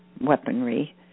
weaponry